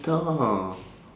thor